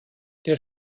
der